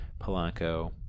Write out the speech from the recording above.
Polanco